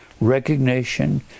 recognition